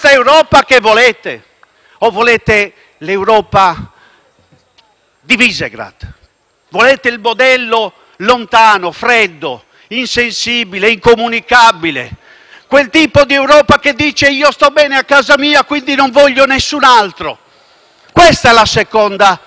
di Visegrád, un modello lontano, freddo, insensibile e incomunicabile? Quel tipo di Europa che dice: «io sto bene a casa mia, quindi non voglio nessun altro»? Questa è la seconda Europa che si prospetta.